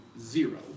zero